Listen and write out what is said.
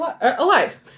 alive